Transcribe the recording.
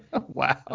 Wow